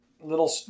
little